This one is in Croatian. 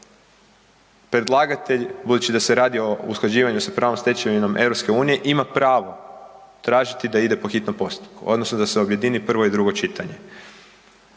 predlagatelj, budući da se radi o usklađivanju sa pravnom stečevinom EU, ima pravo tražiti da ide po hitnom postupku odnosno da se objedini prvo i drugo čitanje.